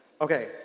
Okay